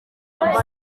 abantu